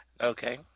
okay